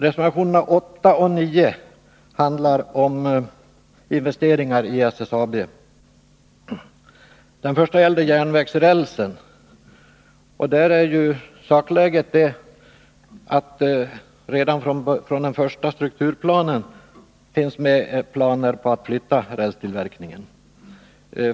Reservationerna 8 och 9 handlar om investeringar i SSAB. Reservation 8 gäller järnvägsrälsen. Där är sakläget det att redan i den första strukturplanen fanns planer på att flytta rälstillverkningen.